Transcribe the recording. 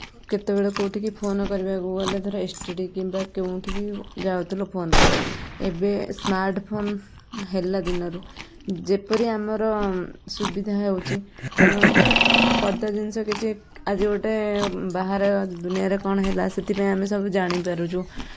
କେତେବେଳେ କେଉଁଠିକି କି ଫୋନ୍ କରିବାକୁ ଗଲେ ଧର ଏସ ଟି ଡ଼ି କିମ୍ବା କେଉଁଠି କି ଯାଉଥିଲୁ ଫୋନ୍ ପାଇଁ ଏବେ ସ୍ମାର୍ଟଫୋନ୍ ହେଲା ଦିନରୁ ଯେପରି ଆମର ସୁବିଧା ହେଉଛି ଧର ପଦା ଜିନିଷ କିଛି ଆଜି ଗୋଟେ ବାହାର ଦୁନିଆରେ କ'ଣ ହେଲା ସେଥିପାଇଁ ଆମେ ଜାଣି ପାରୁଛୁ